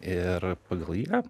ir pagal ją